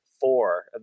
four